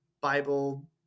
bible